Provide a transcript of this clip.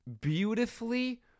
beautifully